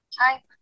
Hi